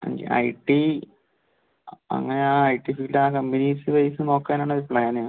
ആ I T അങ്ങന I T field ആ കമ്പനീസ് വൈസ് നോക്കാൻ ആണ് പ്ലാന്